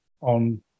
on